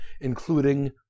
including